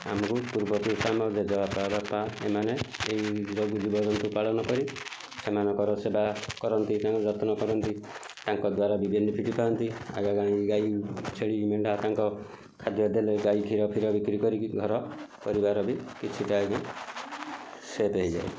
ଆମକୁ ପୂର୍ବ ପୁରୁଷ ଆମ ଜେଜେବାପା ବାପା ଏମାନେ ଏଇ ଜଗୁ ଜୀବଜନ୍ତୁ ପାଳନ କରି ସେମାନଙ୍କର ସେବା କରନ୍ତି ତାଙ୍କ ଯତ୍ନ କରନ୍ତି ତାଙ୍କ ଦ୍ଵାରା ବି ବେନିଫିଟ ପାଆନ୍ତି ଗାଈ ଛେଳି ମେଣ୍ଢା ତାଙ୍କ ଖାଦ୍ୟ ଦେଲେ ଗାଈ କ୍ଷୀର ଫିର ବିକ୍ରି କରିକି ଘର ପରିବାର ବି କିଛି ଟା ଆଜ୍ଞା ସେପ ହେଇପାରେ